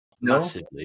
massively